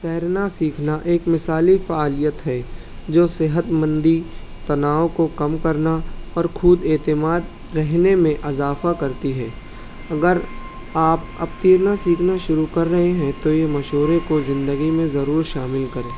تیرنا سیکھنا ایک مثالی فعالیت ہے جو صحت مندی تناؤ کو کم کرنا اور خود اعتماد رہنے میں اضافہ کرتی ہے اگر آپ اب تیرنا سیکھنا شروع کر رہے ہیں تو یہ مشورے کو زندگی میں ضرور شامل کریں